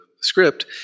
script